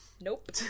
Nope